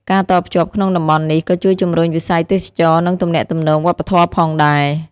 ការតភ្ជាប់ក្នុងតំបន់នេះក៏ជួយជំរុញវិស័យទេសចរណ៍និងទំនាក់ទំនងវប្បធម៌ផងដែរ។